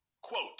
quote